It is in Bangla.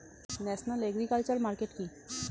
ন্যাশনাল এগ্রিকালচার মার্কেট কি?